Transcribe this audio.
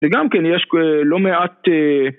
וגם כן יש ... לא מעט א...